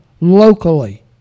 locally